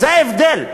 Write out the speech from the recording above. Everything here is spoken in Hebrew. זה ההבדל.